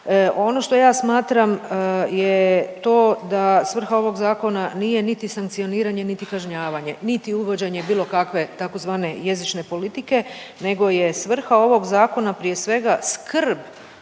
Ono što ja smatram je to da svrha ovog Zakona nije niti sankcioniranje niti kažnjavanje niti uvođenje bilo kakve tzv. jezične politike nego je svrha ovog Zakona, prije svega, skrb